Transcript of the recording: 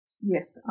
yes